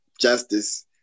justice